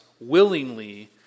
willingly